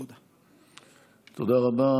תודה רבה.